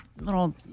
little